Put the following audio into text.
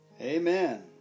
Amen